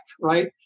right